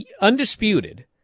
undisputed